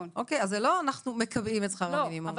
אז אנחנו לא מקבעים את שכר המינימום.